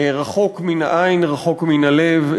רחוק מן העין רחוק מן הלב,